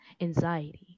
Anxiety